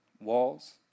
walls